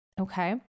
Okay